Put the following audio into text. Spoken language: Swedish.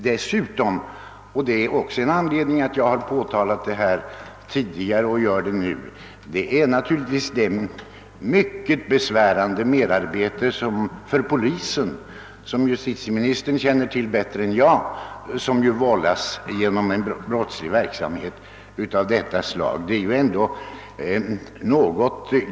Dessutom — och det är en av anledningarna till att jag har påtalat dessa förhållanden tidigare — tillkommer det ett mycket besvärande merarbete för polisen genom brottslig verksamhet av detta slag, ett merarbete som justitieministern känner bättre till än jag.